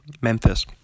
Memphis